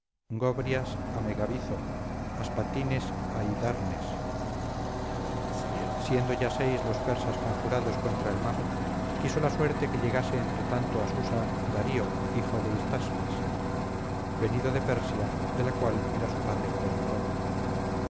gobrias a megabizo aspatines a hidarnes siendo ya seis los persas conjurados contra el mago quiso la suerte que llegase entretanto a susa darío hijo de histaspes venido de persia de la cual era su padre gobernador